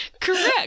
Correct